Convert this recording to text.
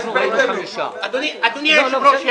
ראינו 5. אדוני היושב-ראש,